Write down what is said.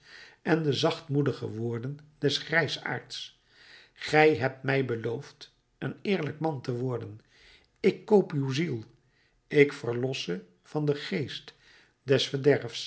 en de zachtmoedige woorden des grijsaards gij hebt mij beloofd een eerlijk man te worden ik koop uw ziel ik verlos ze van den geest des verderfs